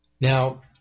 Now